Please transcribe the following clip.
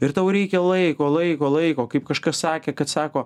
ir tau reikia laiko laiko laiko kaip kažkas sakė kad sako